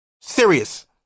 Serious